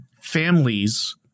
families –